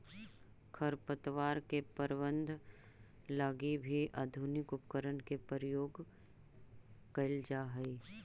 खरपतवार के प्रबंधन लगी भी आधुनिक उपकरण के प्रयोग कैल जा हइ